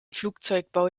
flugzeugbau